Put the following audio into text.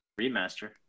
remaster